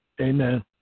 Amen